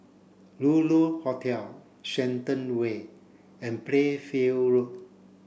Lulu Hotel Shenton Way and Playfair Road